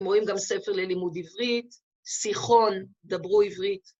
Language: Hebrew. רואים גם ספר ללימוד עברית, שיחון, דברו עברית.